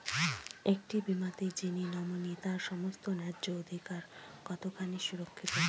একটি বীমাতে যিনি নমিনি তার সমস্ত ন্যায্য অধিকার কতখানি সুরক্ষিত?